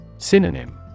synonym